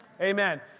Amen